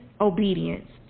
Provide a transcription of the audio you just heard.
obedience